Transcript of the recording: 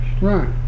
Right